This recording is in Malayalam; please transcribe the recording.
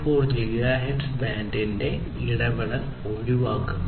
4 ഗിഗാഹെർട്സ് ബാൻഡിന്റെ ഇടപെടൽ ഒഴിവാക്കുന്നു